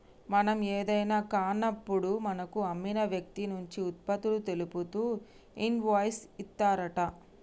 మనం ఏదైనా కాన్నప్పుడు మనకు అమ్మిన వ్యక్తి నుంచి ఉత్పత్తులు తెలుపుతూ ఇన్వాయిస్ ఇత్తారంట